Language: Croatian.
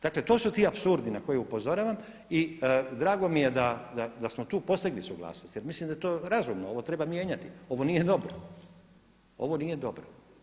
Dakle to su ti apsurdi na koje upozoravam i drago mi je da smo tu postigli suglasnost jer mislim da je to razumno, ovo treba mijenjati, ovo nije dobro, ovo nije dobro.